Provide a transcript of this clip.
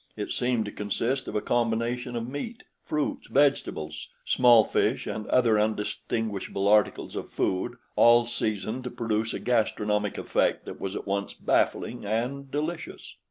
it seemed to consist of a combination of meat, fruits, vegetables, small fish and other undistinguishable articles of food all seasoned to produce a gastronomic effect that was at once baffling and delicious.